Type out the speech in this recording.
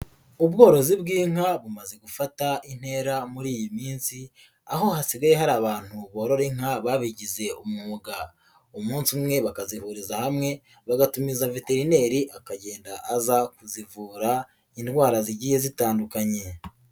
Ubworozi bw'inka bumaze gufata intera muri iyi minsi, aho hasigaye hari abantu borora inka babigize umwuga. Umunsi umwe bakazihuriza hamwe bagatumiza veterineri akagenda aza kuzivura indwara zigiye zitandukanye.